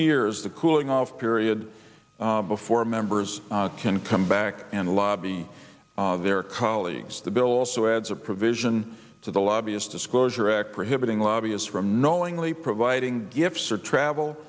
years the cooling off period before members can come back and lobby their colleagues the bill also adds a provision to the lobbyist disclosure act prohibiting lobbyists from knowingly providing gifts or travel